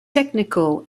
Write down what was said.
technical